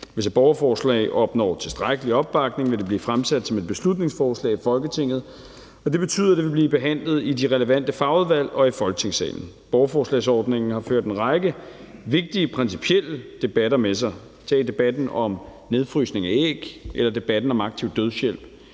hvis et borgerforslag opnår tilstrækkelig opbakning, vil det blive fremsat som et beslutningsforslag i Folketinget, og det betyder, at det vil blive behandlet i de relevante fagudvalg og i Folketingssalen. Borgerforslagsordningen har ført en række vigtige, principielle debatter med sig. Tag f.eks. debatten om nedfrysning af æg eller debatten om aktiv dødshjælp.